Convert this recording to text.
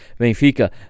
Benfica